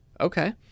Okay